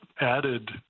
added